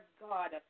God